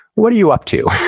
what are you up to?